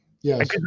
Yes